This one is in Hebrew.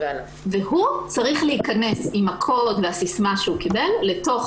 הוא צריך להיכנס עם הקוד והסיסמה שהוא קיבל לתוך